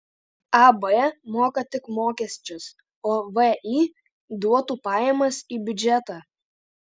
ab moka tik mokesčius o vį duotų pajamas į biudžetą